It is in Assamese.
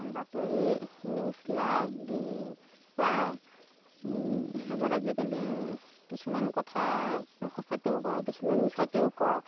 বাতৰি নিউজ লাইভ ডি ৱাই সেইবোৰ আজিকালি কিছুমান কথা সঁচাকৈও কয় কিছুমান মিছাকৈও কয়